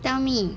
tell me